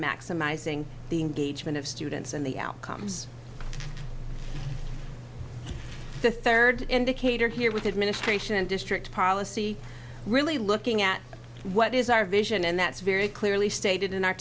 maximizing the engagement of students and the outcomes the third indicator here with administration and district policy really looking at what is our vision and that's very clearly stated in our